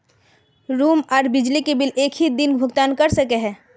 Room आर बिजली के बिल एक हि दिन भुगतान कर सके है?